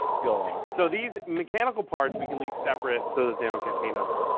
go on. so these mechanical parts we can leave separate so that they don't get paint on them.